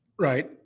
Right